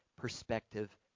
perspective